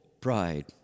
Pride